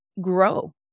grow